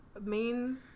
main